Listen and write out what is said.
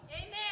Amen